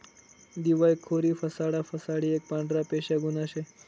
दिवायखोरी फसाडा फसाडी एक पांढरपेशा गुन्हा शे